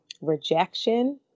rejection